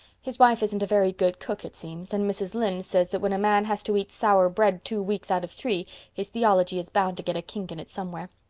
his wife isn't a very good cook, it seems, and mrs. lynde says that when a man has to eat sour bread two weeks out of three his theology is bound to get a kink in it somewhere.